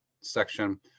section